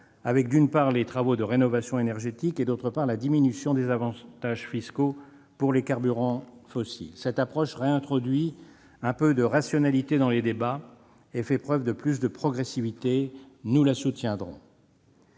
part, du soutien aux travaux de rénovation énergétique, et, d'autre part, de la diminution des avantages fiscaux pour les carburants fossiles. Cette approche réintroduit un peu de rationalité dans les débats et est plus progressive. Nous la soutiendrons.